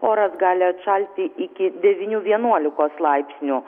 oras gali atšalti iki devynių vienuolikos laipsnių